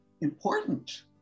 important